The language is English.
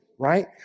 right